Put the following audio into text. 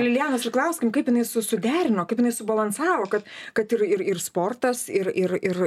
lilijanos ir klauskim kaip jinai su suderino kaip jinai subalansavo kad kad ir ir ir sportas ir ir ir